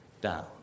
down